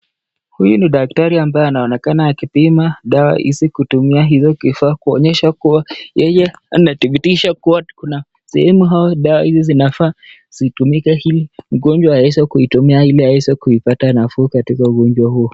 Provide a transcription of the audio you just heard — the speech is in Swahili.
Huyu ni daktari ambaye anaonekana akipima dawa hizo kwa kutumia hiyo kifaa kuonyesha kuwa yeye anatibithisha kuwa kuna sehemu au dawa hizi zinafaa zitumike ili mgojwa aweze kuitumia ili aiweze kupata nafuu katika ugonjwa huo.